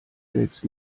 selbst